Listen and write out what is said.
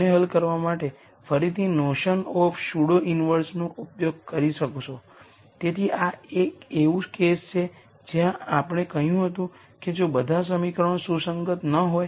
તેથી આના જેવા n r linearly independent eigen vectors છે અને આ દરેક A ની કોલમનું કોમ્બિનેશન છે અને આપણે એ પણ જાણીએ છીએ કે કોલમ સ્પેસનું ડાયમેન્શન n r છે